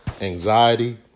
anxiety